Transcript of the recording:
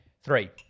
Three